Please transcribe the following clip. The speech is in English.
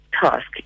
task